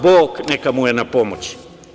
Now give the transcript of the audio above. Bog neka mu je na pomoći.